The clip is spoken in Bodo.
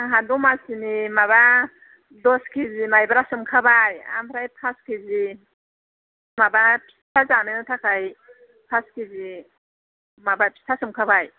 आंहा दमासिनि माबा दस केजि माइब्रा सोमखाबाय आमफ्राय पास केजि माबा फिथा जानो थाखाय पास केजि माबा फिथा सोमखाबाय